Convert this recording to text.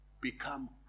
become